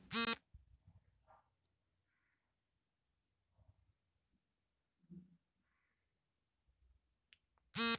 Jawahar Jawaharlal Nehru National Renewal ಯೋಜನೆ ದೇಶದ ಮೊದಲ ಪ್ರಧಾನಿ ನೆಹರು ಹೆಸರಲ್ಲಿ ಮಾಡವ್ರೆ